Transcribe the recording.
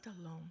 alone